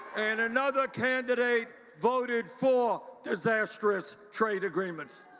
and another candidate voted for disastrous trade agreements.